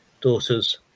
daughters